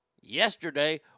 yesterday